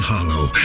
Hollow